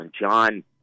John